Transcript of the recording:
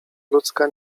ludzka